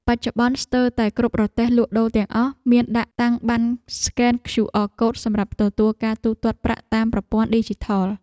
បច្ចុប្បន្នស្ទើរតែគ្រប់រទេះលក់ដូរទាំងអស់មានដាក់តាំងប័ណ្ណស្កែនឃ្យូអរកូដសម្រាប់ទទួលការទូទាត់ប្រាក់តាមប្រព័ន្ធឌីជីថល។